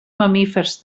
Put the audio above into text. mamífers